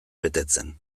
betetzen